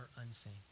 unseen